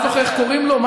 לא זוכר איך קוראים לו.